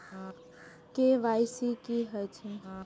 KYC की हे छे?